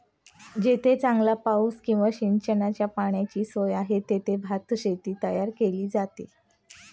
जेथे चांगला पाऊस किंवा सिंचनाच्या पाण्याची सोय आहे, तेथे भातशेती तयार केली जाते